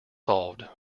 solved